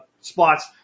spots